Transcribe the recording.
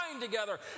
together